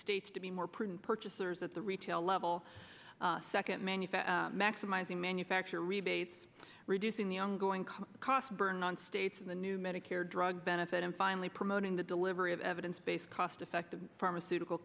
states to be more prudent purchasers at the retail level second manufacturer maximizing manufacturer rebates reducing the young going to cost burden on states in the new medicare drug benefit and finally promoting the delivery of evidence based cost effective pharmaceutical